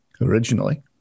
originally